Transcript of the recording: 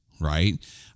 right